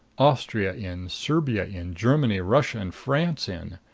austria in serbia in germany, russia and france in.